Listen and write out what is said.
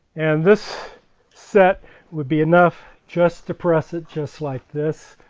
and this set would be enough, just to press it just like this,